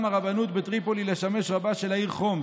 הרבנות בטריפולי לשמש רבה של העיר חומס.